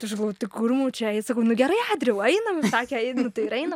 tai aš galvoju tai kur mum čia eit sakau nu gerai adrijau einam sakė eit tai ir einam